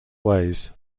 ways